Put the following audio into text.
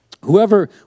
Whoever